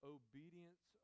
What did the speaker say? obedience